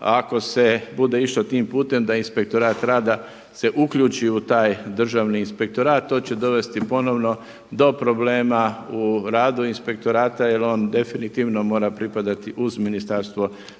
ako se bude išlo tim pute da Inspektorat rada se uključi u taj Državni inspektorat to će dovesti ponovno do problema u radu Inspektorata, jer on definitivno mora pripadati uz Ministarstvo rada